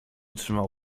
trzymał